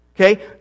Okay